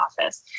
office